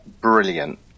brilliant